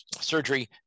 Surgery